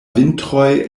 vintroj